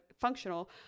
functional